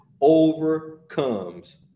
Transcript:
overcomes